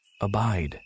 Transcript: abide